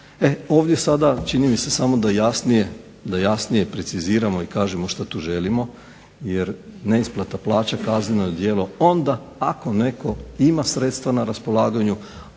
ovdje sada čini mi se samo da jasnije preciziramo i kažemo što tu želimo je neisplata plaća kazneno je djelo onda ako netko ima sredstva na raspolaganju,